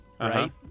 Right